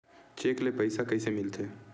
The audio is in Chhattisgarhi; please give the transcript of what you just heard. चेक ले पईसा कइसे मिलथे?